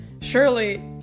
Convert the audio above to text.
Surely